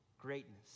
greatness